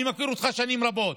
אני מכיר אותך שנים רבות,